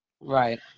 right